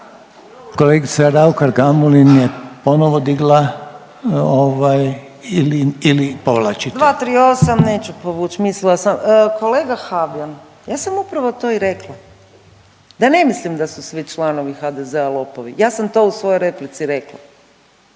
Kolega Habijan, ja sam upravo to i rekla da ne mislim da su svi članovi HDZ-a lopovi. Ja sam to u svojoj replici rekla,